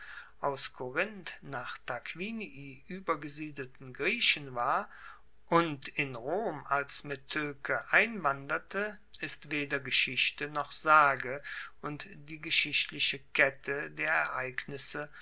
aus korinth nach tarquinii uebergesiedelten griechen war und in rom als metoeke einwanderte ist weder geschichte noch sage und die geschichtliche kette der ereignisse